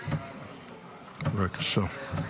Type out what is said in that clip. בבקשה.